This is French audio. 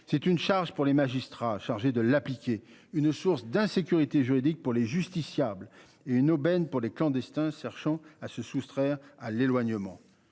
C'est une charge pour les magistrats chargés de l'appliquer une source d'insécurité juridique pour les justiciables et une aubaine pour les clandestins se cherchant à se soustraire à l'éloignement.